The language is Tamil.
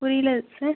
புரியல சார்